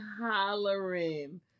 hollering